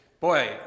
Boy